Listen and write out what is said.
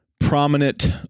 prominent